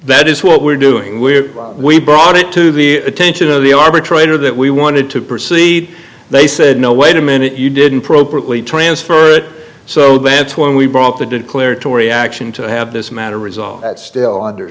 that is what we're doing we we brought it to the attention of the arbitrator that we wanted to proceed they said no wait a minute you didn't properly transfer it so that's when we brought the declare tory action to have this matter resolved still i under